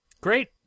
great